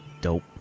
Dope